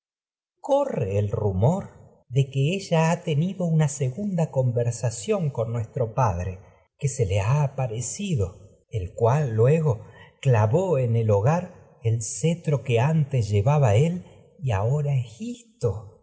corre el rumor de que ella ha tenido una segunda conversación con nuestro padre que se le ha aparecido el cual llevaba él y luego clavó en el hogar el cetro que antes ahora